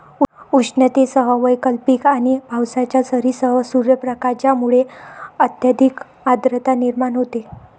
उष्णतेसह वैकल्पिक आणि पावसाच्या सरींसह सूर्यप्रकाश ज्यामुळे अत्यधिक आर्द्रता निर्माण होते